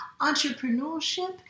entrepreneurship